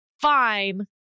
fine